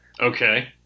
Okay